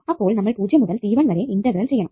അപ്പോൾ നമ്മൾ 0 മുതൽ t1 വരെ ഇന്റഗ്രൽ ചെയ്യണണം